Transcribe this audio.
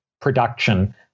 production